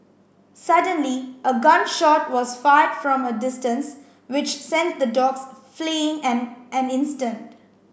suddenly a gun shot was fired from a distance which sent the dogs fleeing an an instant